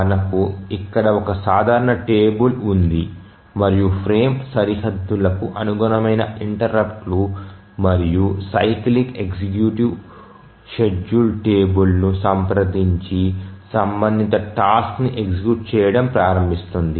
మనకు ఇక్కడ ఒక సాధారణ టేబుల్ ఉంది మరియు ఫ్రేమ్ సరిహద్దులకు అనుగుణమైన ఇంటెర్రుప్ట్లు మరియు సైక్లిక్ ఎగ్జిక్యూటివ్ షెడ్యూల్ టేబుల్ను సంప్రదించి సంబంధిత టాస్క్ ని ఎగ్జిక్యూట్ చేయడం ప్రారంభిస్తుంది